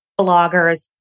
bloggers